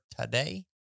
today